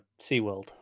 SeaWorld